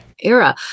era